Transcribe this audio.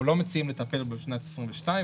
אנחנו לא מציעים לטפל בשנת 2022,